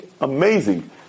amazing